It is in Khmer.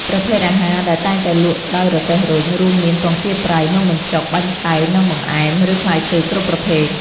ប្រភេទអាហារដែលតែងតែលក់ដោយរទេះរុញ រួមមាន ពងទាប្រៃ នំបញ្ចុក បាញ់ឆែវ និងបង្អែម ឬផ្លែឈើគ្រប់ប្រភេទ។